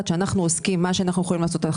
שאנחנו עושים מה שאנחנו יכולים לעשות.